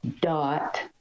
dot